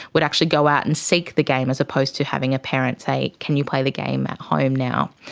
would actually go out and seek the game as opposed to having a parent say, can you play the game at home now?